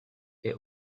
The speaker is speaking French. est